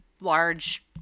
large